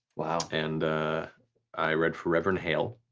and i read for reverend hale,